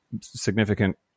significant